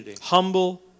humble